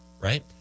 right